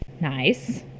Nice